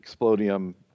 explodium